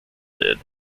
did